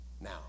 now